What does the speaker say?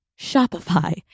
Shopify